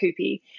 Coopy